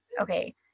Okay